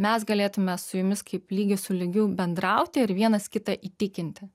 mes galėtume su jumis kaip lygi su lygiu bendrauti ir vienas kitą įtikinti